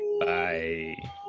bye